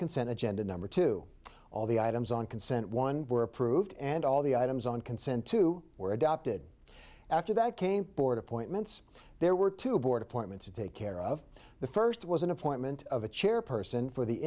consent agenda number two all the items on consent one were approved and all the items on consent two were adopted after that came board appointments there were two board appointments to take care of the first was an appointment of a chairperson for the